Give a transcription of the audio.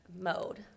mode